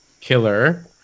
killer